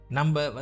Number